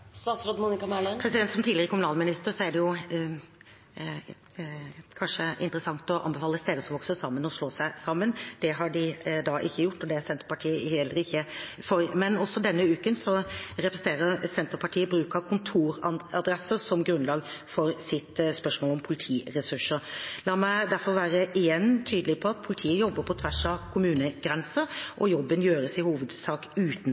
Som tidligere kommunalminister kunne det kanskje vært interessant å anbefale steder som vokser sammen, å slå seg sammen. Det har de ikke gjort, og det er Senterpartiet heller ikke for. Også denne uken har representanter fra Senterpartiet brukt kontoradresser som grunnlag for sine spørsmål om politiressurser. La meg derfor igjen være tydelig på at politiet jobber på tvers av